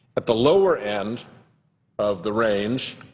at the lower end of the range,